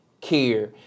care